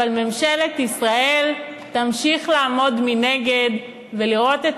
אבל ממשלת ישראל תמשיך לעמוד מנגד ולראות את